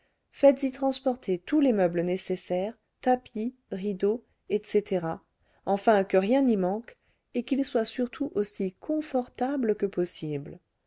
faites-y transporter tous les meubles nécessaires tapis rideaux etc enfin que rien n'y manque et qu'il soit surtout aussi confortable que possible